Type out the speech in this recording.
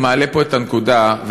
הנקודה שאני מעלה פה,